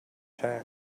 taxes